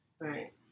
Right